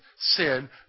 sin